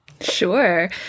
Sure